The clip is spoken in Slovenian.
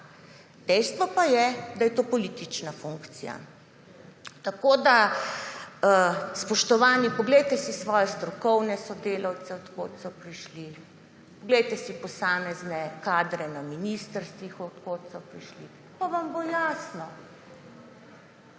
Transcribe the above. Dejstvo pa je, da je to politična funkcija. Spoštovani, poglejte si svoje strokovne sodelavce, od kod so prišli. Poglejte si posamezne kadre na ministrstvih, od kod so prišli, pa vam bo jasno,